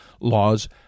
laws